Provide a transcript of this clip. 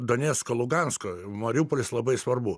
donecko lugansko mariupolis labai svarbu